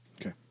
Okay